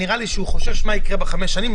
נראה לי שהוא חושש מה יקרה בחמש שנים,